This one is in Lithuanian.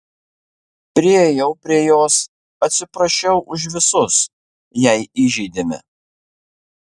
priėjau prie jos atsiprašiau už visus jei įžeidėme